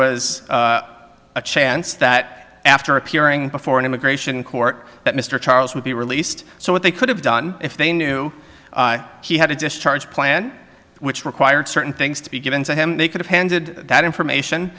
was a chance that after appearing before an immigration court that mr charles would be released so what they could have done if they knew he had a discharge plan which required certain things to be given to him they could have handed that information